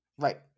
Right